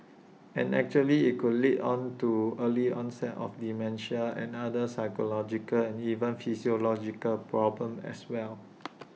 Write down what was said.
and actually IT could lead to on to early onset of dementia and other psychological and even physiological problems as well